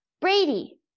Brady